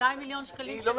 200 מיליון שקלים שהיו שם.